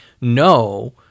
no